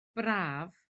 braf